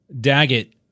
daggett